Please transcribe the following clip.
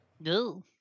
No